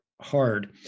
hard